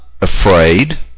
afraid